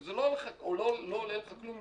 שזה לא עולה לך כלום,